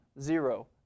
Zero